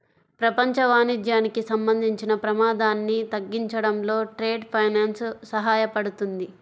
ప్రపంచ వాణిజ్యానికి సంబంధించిన ప్రమాదాన్ని తగ్గించడంలో ట్రేడ్ ఫైనాన్స్ సహాయపడుతుంది